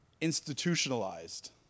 institutionalized